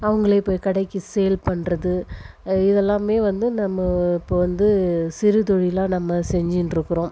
அவங்களே போயி கடைக்கு சேல் பண்ணுறது இதெல்லாமே வந்து நம்ம இப்போ வந்து சிறு தொழிலாக நம்ம செஞ்சுண்டு இருக்குகிறோம்